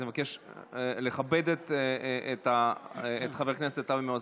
אז אני מבקש לכבד את חבר הכנסת אבי מעוז.